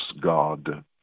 God